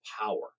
power